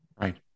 Right